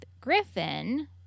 Griffin